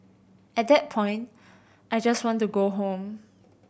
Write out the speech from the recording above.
at that point I just want to go home